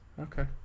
Okay